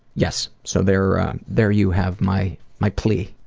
yes, so there there you have my my plea,